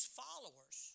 followers